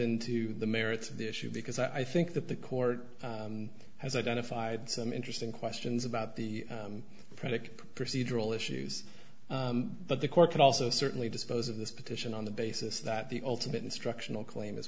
into the merits of the issue because i think that the court has identified some interesting questions about the predicate procedural issues but the court could also certainly dispose of this petition on the basis that the ultimate instructional claim is